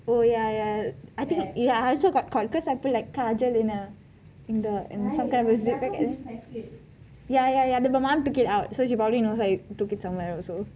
oh ya ya I think ya I also got caught because I put kajal in her in the ya ya my mum took it out so she probably knows I took it somewhere also